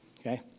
okay